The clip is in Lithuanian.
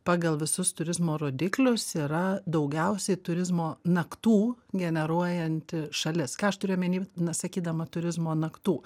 pagal visus turizmo rodiklius yra daugiausiai turizmo naktų generuojanti šalis ką aš turiu omeny sakydama turizmo naktų